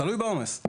תלוי בעומס.